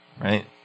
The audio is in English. right